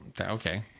okay